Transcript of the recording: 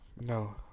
No